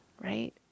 right